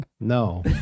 No